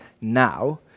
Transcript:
now